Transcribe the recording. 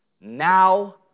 now